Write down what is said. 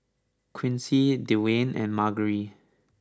Quincy Dewayne and Margery